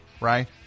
Right